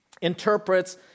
interprets